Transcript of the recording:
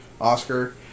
Oscar